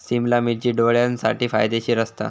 सिमला मिर्ची डोळ्यांसाठी फायदेशीर असता